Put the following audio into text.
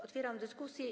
Otwieram dyskusję.